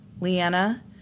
Leanna